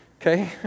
Okay